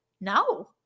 no